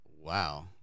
Wow